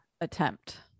attempt